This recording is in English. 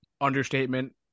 understatement